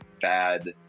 bad